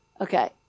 Okay